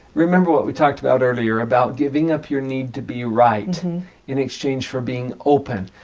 remember what we talked about earlier about giving up your need to be right in exchange for being open.